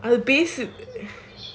basic